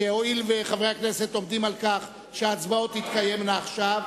שהואיל וחברי הכנסת עומדים על כך שההצבעות תתקיימנה עכשיו,